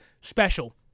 special